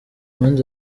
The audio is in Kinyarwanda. abandi